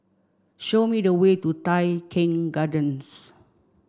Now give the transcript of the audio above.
show me the way to Tai Keng Gardens